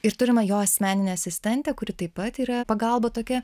ir turime jo asmeninę asistentę kuri taip pat yra pagalba tokia